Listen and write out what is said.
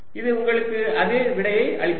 இது உங்களுக்கு அதே விடையை அளிக்கிறது